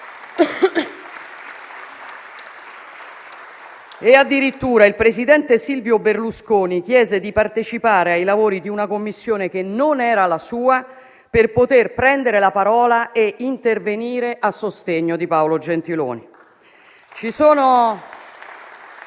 addirittura il presidente Silvio Berlusconi chiese di partecipare ai lavori di una Commissione che non era la sua, per poter prendere la parola e intervenire a sostegno di Paolo Gentiloni.